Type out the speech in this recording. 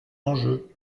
enjeux